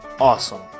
awesome